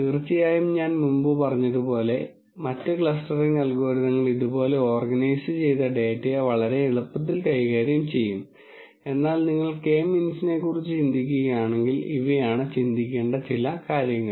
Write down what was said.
തീർച്ചയായും ഞാൻ മുമ്പ് പറഞ്ഞതുപോലെ മറ്റ് ക്ലസ്റ്ററിംഗ് അൽഗോരിതങ്ങൾ ഇതുപോലെ ഓർഗനൈസുചെയ്ത ഡാറ്റയെ വളരെ എളുപ്പത്തിൽ കൈകാര്യം ചെയ്യും എന്നാൽ നിങ്ങൾ കെ മീൻസിനെക്കുറിച്ച് ചിന്തിക്കുകയാണെങ്കിൽ ഇവയാണ് ചിന്തിക്കേണ്ട ചില കാര്യങ്ങൾ